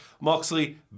Moxley